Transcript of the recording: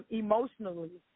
emotionally